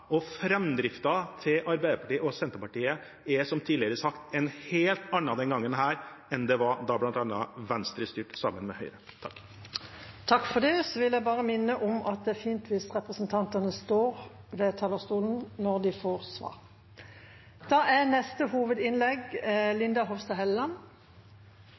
og framdriften til Arbeiderpartiet og Senterpartiet er som tidligere sagt en helt annen denne gangen enn framdriften var da bl.a. Venstre styrte sammen med Høyre. Presidenten vil minne om at det er fint hvis representantene står ved talerstolen mens de får svar. Replikkordskiftet er